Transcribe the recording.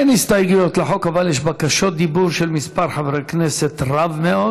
אין הסתייגויות לחוק אבל יש בקשות דיבור של מספר חברי כנסת רב מאוד,